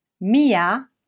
mia